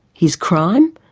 his crime?